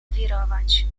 wirować